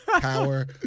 Power